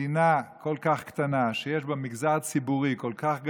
מדינה כל כך קטנה שיש בה מגזר ציבורי כל כך גדול,